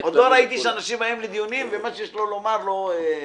עוד לא ראיתי שאנשים באים לדיונים וחושבים שמה שיש להם לומר לא חשוב,